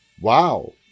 Wow